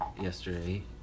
yesterday